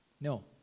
No